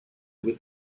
with